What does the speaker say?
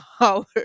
dollars